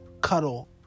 cuddle